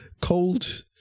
cold